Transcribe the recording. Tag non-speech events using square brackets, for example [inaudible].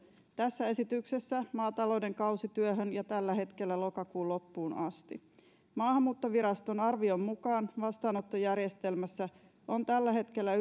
tässä esityksessä maatalouden kausityöhön ja tällä hetkellä lokakuun loppuun asti maahanmuuttoviraston arvion mukaan vastaanottojärjestelmässä on tällä hetkellä [unintelligible]